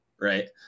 right